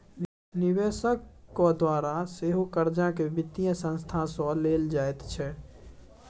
निवेशकक द्वारा सेहो कर्जाकेँ वित्तीय संस्था सँ लेल जाइत छै